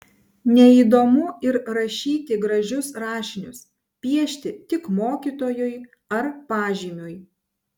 neįdomu ir rašyti gražius rašinius piešti tik mokytojui ar pažymiui